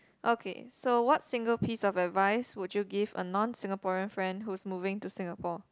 okay so what single piece of advice would you give to a non Singaporean friend who's moving to Singapore